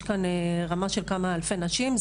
יש כאן רמה של כמה אלפי נשים.